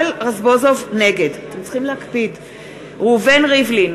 נגד ראובן ריבלין,